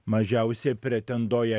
mažiausiai pretenduoja